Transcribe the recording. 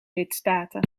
lidstaten